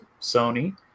sony